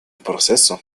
proceso